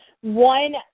one